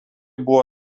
buvo